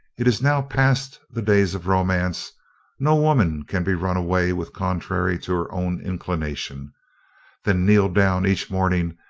it is now past the days of romance no woman can be run away with contrary to her own inclination then kneel down each morning,